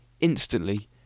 instantly